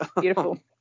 Beautiful